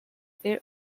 their